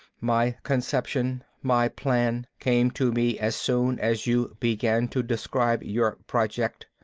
my conception, my plan, came to me as soon as you began to describe your project,